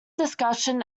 discussion